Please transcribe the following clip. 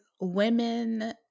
women